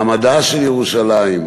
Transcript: מעמדה של ירושלים,